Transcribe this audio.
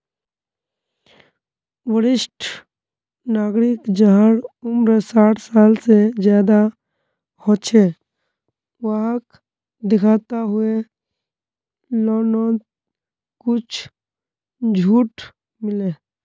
वरिष्ठ नागरिक जहार उम्र साठ साल से ज्यादा हो छे वाहक दिखाता हुए लोननोत कुछ झूट मिले